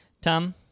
tom